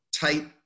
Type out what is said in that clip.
tight